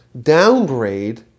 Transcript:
downgrade